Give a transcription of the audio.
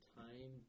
time